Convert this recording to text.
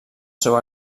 seu